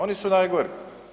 Oni su najgori.